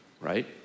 right